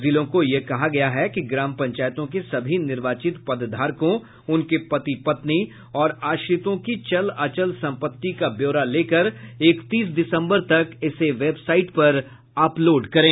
जिलों को यह कहा गया है कि ग्राम पंचायतों के सभी निर्वाचित पदधारकों उनके पति पत्नी और आश्रितों की चल अचल सम्पत्ति का ब्योरा लेकर इकतीस दिसम्बर तक इसे वेबसाईट पर अपलोड करे